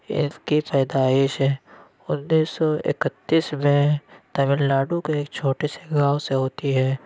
اِن کی پیدائش اُنیس سو اکتیس میں تامل ناڈو کے ایک چھوٹے سے گاؤں سے ہوتی ہے